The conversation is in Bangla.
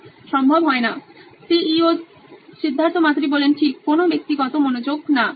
Siddharth Maturi C E O নোইন ইলেকট্রনিক্স ঠিক কোনো ব্যক্তিগত মনোযোগ না